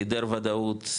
היעדר וודאות,